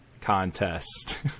contest